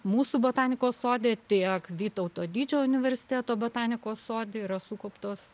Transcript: mūsų botanikos sode tiek vytauto didžiojo universiteto botanikos sode yra sukauptos